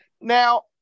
Now